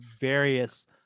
various